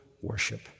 Worship